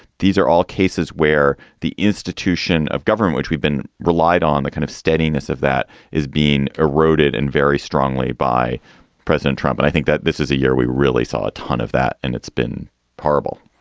these are all cases where the institution of government, which we've been relied on, the kind of steadiness of that is being eroded and very strongly by president trump. but i think that this is a year we really saw a ton of that and it's been possible